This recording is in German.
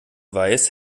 weiß